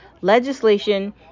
legislation